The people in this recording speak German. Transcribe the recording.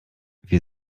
wir